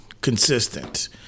consistent